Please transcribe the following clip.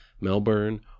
melbourne